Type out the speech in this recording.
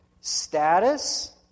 status